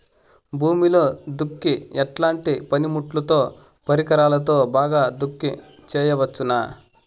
భూమిలో దుక్కి ఎట్లాంటి పనిముట్లుతో, పరికరాలతో బాగా దుక్కి చేయవచ్చున?